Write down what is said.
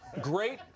Great